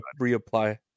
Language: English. reapply